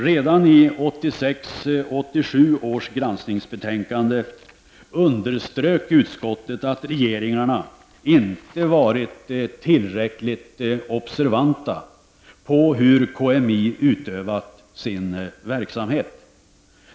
Redan i 1986/87 års granskningsbetänkande underströk utskottet att regeringarna inte varit tillräckligt observanta på hur KMI utövat sin verksamhet.